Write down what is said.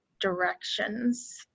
directions